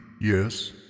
Yes